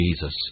Jesus